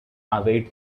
await